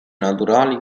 naturali